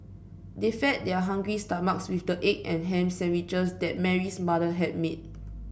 they fed their hungry stomachs with the egg and ham sandwiches that Mary's mother had made